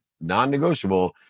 Non-negotiable